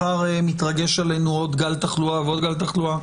מחר מתרגש עלינו עוד גל תחלואה ועוד גל תחלואה,